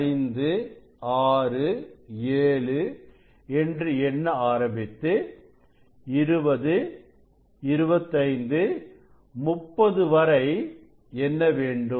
1234567என்று எண்ண ஆரம்பித்து 2025 30 வரை எண்ண வேண்டும்